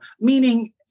meaning